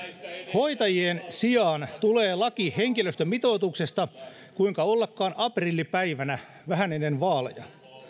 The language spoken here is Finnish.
hoitajien sijaan tulee laki henkilöstömitoituksesta kuinka ollakaan aprillipäivänä vähän ennen vaaleja